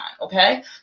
okay